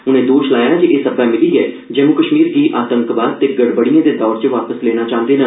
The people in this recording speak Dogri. उनें दोश लाया ऐ जे एह् सब्बै मिलियै जम्मू कश्मीर गी आतंकवाद ते गड़बडिएं दे दौर च वा स लेना चांह्दे न